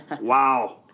Wow